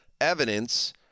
evidence